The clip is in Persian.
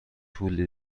پولی